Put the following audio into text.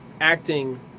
acting